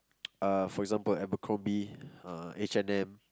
uh for example Abercrombie uh H-and-M